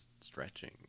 stretching